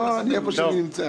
לא, אני איפה שאני נמצא.